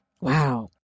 Wow